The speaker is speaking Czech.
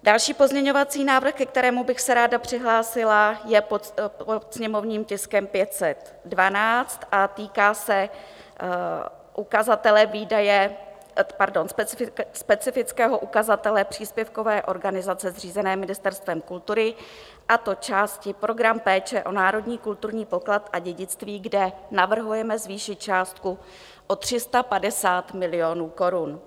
Další pozměňovací návrh, ke kterému bych se ráda přihlásila, je pod sněmovním tiskem 512 a týká se ukazatele výdaje... pardon, specifického ukazatele Příspěvkové organizace zřízené Ministerstvem kultury, a to částí Program péče o národní kulturní poklad a dědictví, kde navrhujeme zvýšit částku o 350 milionů korun.